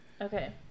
Okay